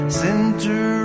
center